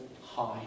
high